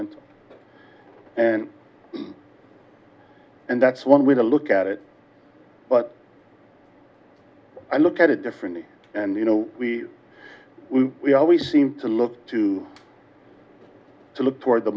rent and that's one way to look at it but i look at it differently and you know we we always seem to look to to look toward the